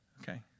Okay